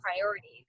priorities